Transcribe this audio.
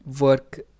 work